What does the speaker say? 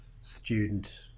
student